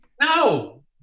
No